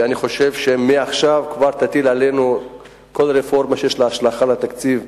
ואני חושב שמעכשיו כבר תטיל עלינו כל רפורמה שיש לה השלכה על התקציב.